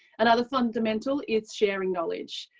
another fundamental is sharing knowledge.